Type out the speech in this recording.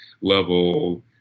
level